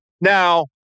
Now